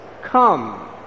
come